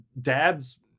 dad's